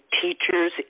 teachers